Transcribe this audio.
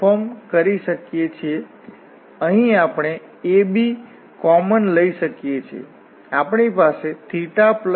પહેલાનાં ઉદાહરણમાં આપણે જોયું છે કે આ ઇલિપ્સ ઉપર આપણે 12Cxdy ydxસાથે એરિયા ની ગણતરી કરી શકીએ છીએ જે આપણી પાસે આ કિસ્સામાં છે